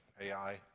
AI